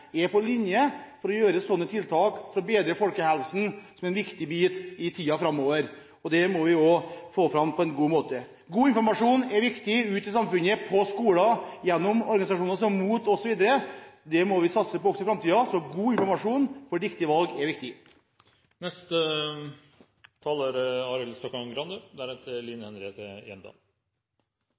er på linje for å gjøre tiltak for å bedre folkehelsen – som en viktig bit i tiden framover. Det må vi få fram på en god måte. God informasjon ut i samfunnet er viktig – på skoler, gjennom organisasjoner som MOT osv. Dette må vi satse på også i framtiden. God informasjon for riktige valg er viktig.